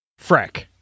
Freck